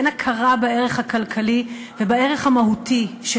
ואין הכרה בערך הכלכלי ובערך המהותי של